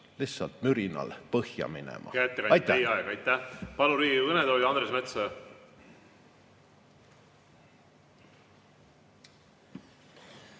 lihtsalt mürinal põhja minema. Aitäh!